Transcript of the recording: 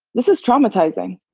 this is traumatizing.